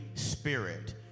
spirit